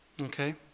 Okay